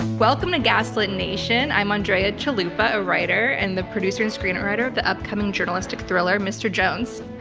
welcome to gaslit nation. i'm andrea chalupa, a writer and the producer and screenwriter of the upcoming journalistic thriller mr. jones.